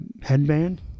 headband